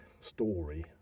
story